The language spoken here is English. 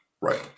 Right